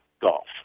golf